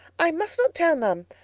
i must not tell, ma'am.